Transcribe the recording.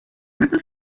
river